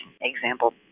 example